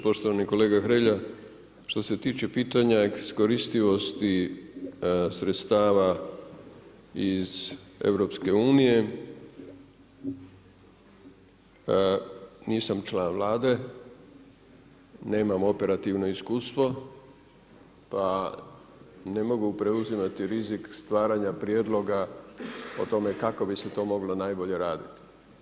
Poštovani kolega Hrelja, što se tiče pitanja iskoristivosti sredstava iz EU nisam član Vlade, nemam operativno iskustvo, pa ne mogu preuzimati rizik stvaranja prijedloga o tome kako bi se to moglo najbolje raditi.